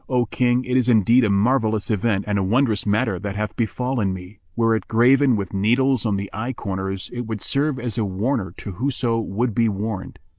o king, it is indeed a marvellous event and a wondrous matter that hath befallen me were it graven with needles on the eye-corners, it would serve as a warner to whoso would be warned!